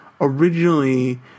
originally